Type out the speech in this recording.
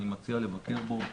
אני מציע לבקר בו,